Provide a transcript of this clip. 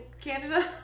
Canada